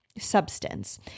Substance